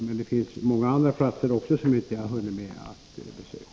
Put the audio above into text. Men det finns också många andra platser, som jag inte har hunnit med att besöka.